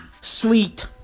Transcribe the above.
sweet